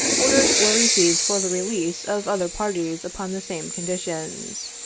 orders were received for the release of other parties upon the same conditions.